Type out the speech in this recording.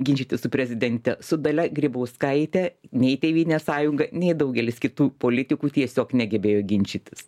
ginčytis su prezidente su dalia grybauskaite nei tėvynės sąjunga nei daugelis kitų politikų tiesiog negebėjo ginčytis